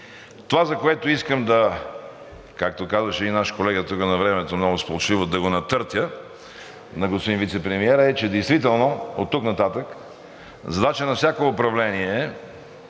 Това, което искам – както казваше един наш колега тук навремето много сполучливо, да го натъртя на господин Вицепремиера, е, че действително оттук нататък задача на всяко управление е